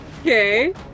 Okay